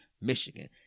Michigan